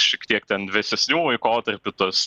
šiek tiek ten vėsesnių laikotarpių tas